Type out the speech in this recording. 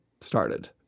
started